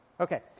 Okay